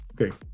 okay